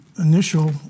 initial